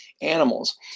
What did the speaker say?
animals